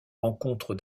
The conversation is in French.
rencontre